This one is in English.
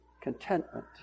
contentment